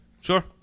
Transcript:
Sure